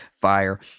fire